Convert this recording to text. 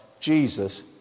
Jesus